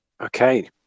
Okay